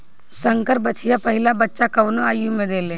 संकर बछिया पहिला बच्चा कवने आयु में देले?